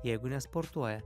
jeigu nesportuoja